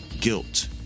guilt